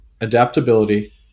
adaptability